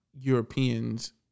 Europeans